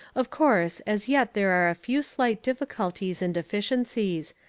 of course, as yet there are a few slight difficulties and deficiencies,